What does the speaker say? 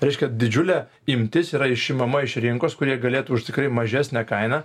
reiškia didžiulė imtis yra išimama iš rinkos kur jie galėtų už tikrai mažesnę kainą